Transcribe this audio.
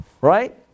right